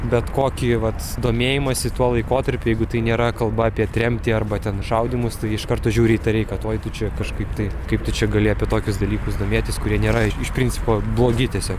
bet kokį vat domėjimąsi tuo laikotarpiu jeigu tai nėra kalba apie tremtį arba ten šaudymus iš karto žiūri įtariai kad oi tu čia kažkaip tai kaip tu čia gali apie tokius dalykus domėtis kurie nėra iš principo blogi tiesiog